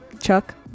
Chuck